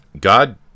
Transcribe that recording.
God